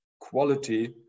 quality